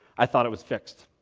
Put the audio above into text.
i thought it was fixed.